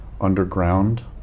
underground